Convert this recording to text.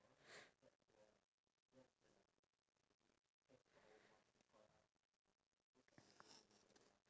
younger generations nowadays are very hooked up with technologies such as like the ipad